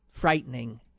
frightening